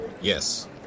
Yes